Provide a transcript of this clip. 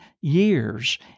years